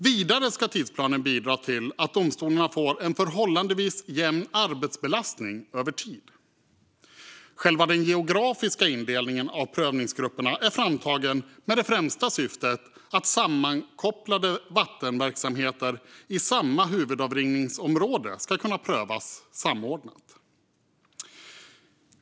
Vidare ska tidsplanen bidra till att domstolarna får en förhållandevis jämn arbetsbelastning över tid. Själva den geografiska indelningen av prövningsgrupperna är framtagen med det främsta syftet att sammankopplade vattenverksamheter i samma huvudavrinningsområde ska kunna prövas samordnat.